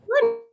Good